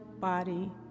body